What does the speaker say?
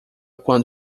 quando